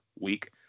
week